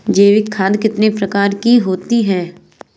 जैविक खाद कितने प्रकार की होती हैं?